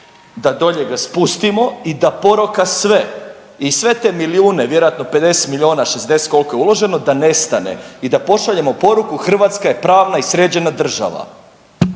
da dolje ga spustimo i da poroka sve i sve te milijune, vjerojatno 50 milijuna, 60 koliko je uloženo da nestane i da pošaljemo poruku Hrvatska je pravna i sređena država?